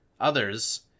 Others